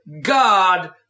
God